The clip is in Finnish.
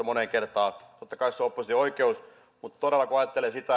moneen kertaan totta kai se on opposition oikeus mutta todella kun ajattelee sitä